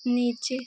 नीचे